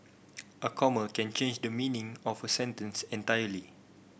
a comma can change the meaning of a sentence entirely